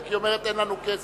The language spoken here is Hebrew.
היא רק אומרת: אין לנו כסף,